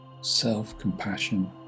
self-compassion